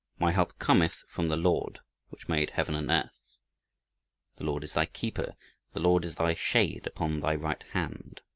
my help cometh from the lord which made heaven and earth the lord is thy keeper the lord is thy shade upon thy right hand.